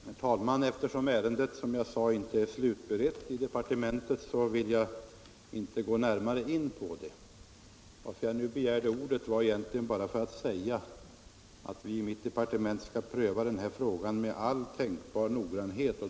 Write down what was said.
Herr talman! Eftersom ärendet, som jag sade i mitt svar, inte är slutberett i departementet vill jag inte närmare gå in på det. Att jag nu begärde ordet var egentligen bara för att säga att vi i mitt departement skall pröva den här frågan med all tänkbar noggrannhet.